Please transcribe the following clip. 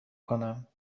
کنم